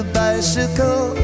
bicycle